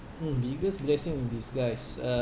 mm biggest blessing in disguise uh